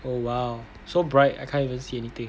oh !wow! so bright I can't even see anything